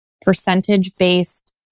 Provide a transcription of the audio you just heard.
percentage-based